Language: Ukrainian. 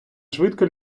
швидко